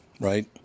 right